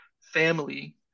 family